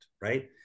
right